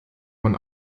man